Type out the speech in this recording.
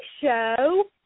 show